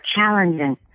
challenging